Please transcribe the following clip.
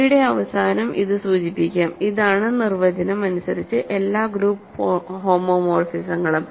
G യുടെ അവസാനം ഇത് സൂചിപ്പിക്കാം ഇതാണ് നിർവചനം അനുസരിച്ച് എല്ലാ ഗ്രൂപ്പ് ഹോമോമോർഫിസങ്ങളും